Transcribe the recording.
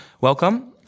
Welcome